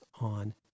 on